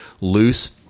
loose